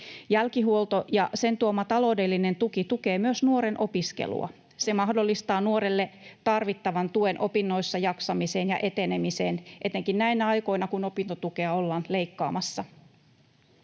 Jälkihuolto ja sen tuoma taloudellinen tuki tukee myös nuoren opiskelua. Se mahdollistaa nuorelle tarvittavan tuen opinnoissa jaksamiseen ja etenemiseen etenkin näinä aikoina, kun opintotukea ollaan leikkaamassa.